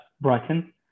Brighton